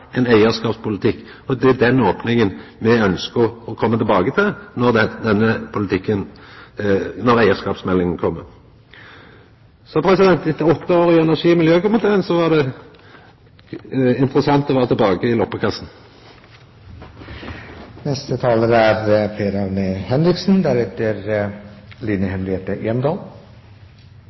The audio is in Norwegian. ein eigarskapspolitikk, og det er den opninga me ønskjer å koma tilbake til når eigarskapsmeldinga kjem. Etter åtte år i energi- og miljøkomiteen er det interessant å vera tilbake i loppekassa. Jeg må kort få kommentere representanten Håbrekkes innlegg, som fremsto som litt underlig. Det som er